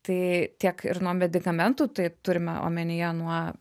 tai tiek ir nuo medikamentų tai turime omenyje nuo